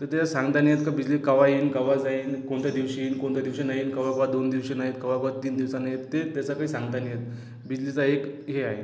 तर त्याचा सांगता नाही येत का बिजली केव्हा येईल केव्हा जाईन कोणत्या दिवशी येईन कोणत्या दिवशी नाही येईन केव्हा केव्हा दोन दिवशी नाही येत केव्हा केव्हा तीन दिवसांनी ते त्याचा काही सांगता येत नाही बिजलीचा एक हे आहे